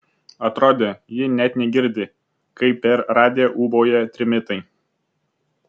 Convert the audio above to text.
atrodė ji net negirdi kaip per radiją ūbauja trimitai